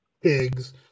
pigs